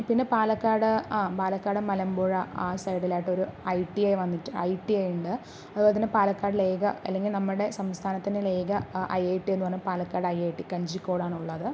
പിന്നെ പാലക്കാട് ആ പാലക്കാട് മലമ്പുഴ ആ സൈഡില് ആയിട്ട് ഒരു ഐ ടി ഐ വന്നിട്ട് ഒരു ഐ ടി ഐ ഉണ്ട് അതുപോലെത്തന്നെ പാലക്കാടില് ഏക അല്ലെങ്കിൽ നമ്മുടെ സംസ്ഥാനത്തിന്റെ തന്നെ ഏക ഐ ഐ ടി എന്നു പറയുന്ന Palakkad I I T Kanjikode ആണുള്ളത്